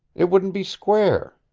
it wouldn't be square.